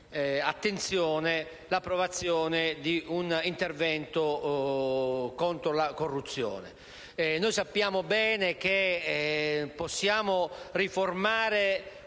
verrà approvato un intervento contro la corruzione. Noi sappiamo bene che possiamo riformare